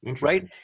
right